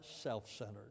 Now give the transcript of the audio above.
self-centered